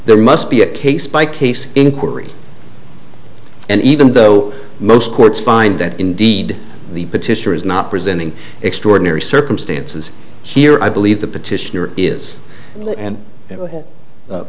there must be a case by case inquiry and even though most courts find that indeed the petitioner is not presenting extraordinary circumstances here i believe the petitioner is and